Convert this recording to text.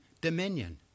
dominion